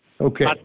Okay